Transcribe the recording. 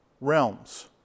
realms